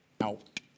out